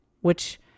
which-